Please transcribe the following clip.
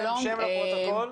בבקשה.